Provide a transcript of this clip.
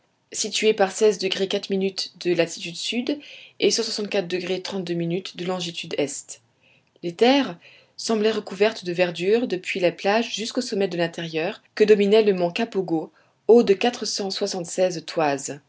situé par de latitude sud et de longitude est les terres semblaient recouvertes de verdure depuis la plage jusqu'aux sommets de l'intérieur que dominait le mont kapogo haut de